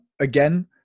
again